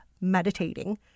meditating